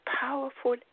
powerful